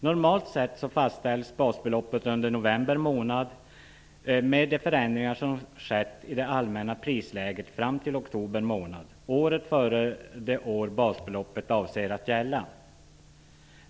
Normalt fastställs basbeloppet under november månad, med de förändringar som skett i det allmänna prisläget fram till oktober månad året före det år basbeloppet avser att gälla.